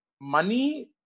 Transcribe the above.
money